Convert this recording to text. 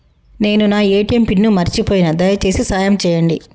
నేను నా ATM pin మర్చిపోయిన, దయచేసి సాయం చేయండి